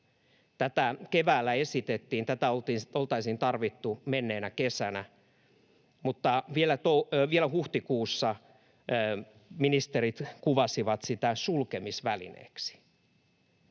Tätä keväällä esitettiin, tätä oltaisiin tarvittu menneenä kesänä, mutta vielä huhtikuussa ministerit kuvasivat sitä sulkemisvälineeksi.